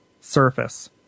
Surface